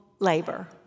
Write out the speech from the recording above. labor